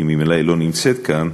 כי ממילא היא לא נמצאת כאן.